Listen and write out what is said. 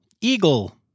Eagle